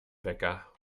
wecker